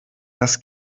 das